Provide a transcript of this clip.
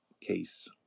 case